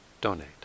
donate